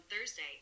Thursday